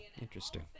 Interesting